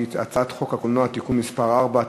שהיא הצעת חוק הקולנוע (תיקון מס' 4),